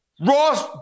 Ross